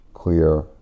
clear